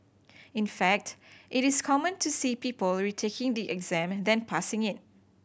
in fact it is common to see people retaking the exam than passing it